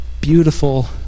beautiful